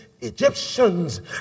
Egyptians